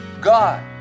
God